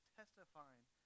testifying